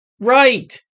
Right